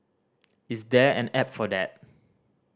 is there an app for that